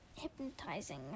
hypnotizing